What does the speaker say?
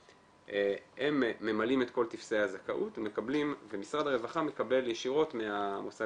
הם ממלאים את כל טפסי הזכאות ומשרד הרווחה מקבל ישירות מהמוסד